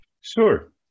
Sure